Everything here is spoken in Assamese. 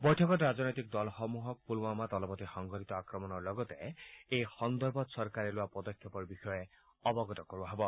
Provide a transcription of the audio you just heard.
বৈঠকত ৰাজনৈতিক দলসমূহক অলপতে সংঘটিত এই আক্ৰমণৰ লগতে এই সন্দৰ্ভত চৰকাৰে লোৱা পদক্ষেপৰ বিষয়ে অৱগত কৰোৱা হ'ব